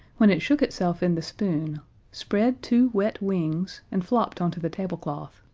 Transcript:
when it shook itself in the spoon spread two wet wings, and flopped onto the tablecloth.